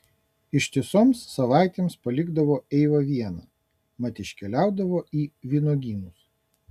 ištisoms savaitėms palikdavo eivą vieną mat iškeliaudavo į vynuogynus